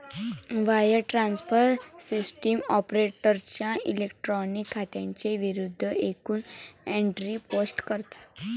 wire transfer system ऑपरेटरच्या electronic खात्यांच्या विरूद्ध एकूण एंट्री पोस्ट करतात